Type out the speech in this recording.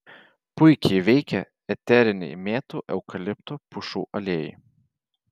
puikiai veikia eteriniai mėtų eukalipto pušų aliejai